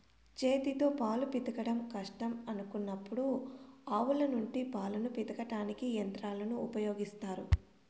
చేతితో పాలు పితకడం కష్టం అనుకున్నప్పుడు ఆవుల నుండి పాలను పితకడానికి యంత్రాలను ఉపయోగిత్తారు